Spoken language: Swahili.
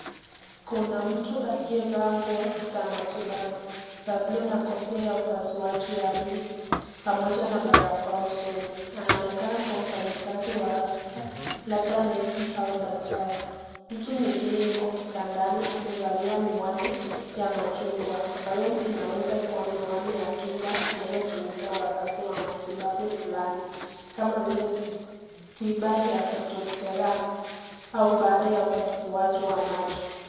Kuna mtu aliyevaa nguo za matibabu za bluu na kofia ya upasuaji ya bluu pamoja na barakoa usoni , anaonekana kuwa mfanyikazi wa hapa labda nasi au daktari ,mtu mwingine yuko kitandani amevalia miwani ya machungwa ambayo inaweza kuwa miwani ya kinga inayotumika wakati wa matibabu fulani kama vile tiba ya (cs) phototherapy (cs) au baada ya upasuaji wa macho.